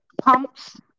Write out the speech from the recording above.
pumps